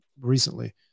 recently